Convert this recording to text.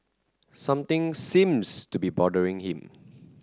something seems to be bothering him